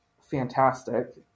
fantastic